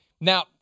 Now